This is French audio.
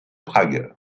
prague